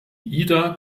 ida